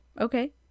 okay